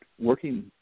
working